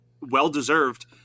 well-deserved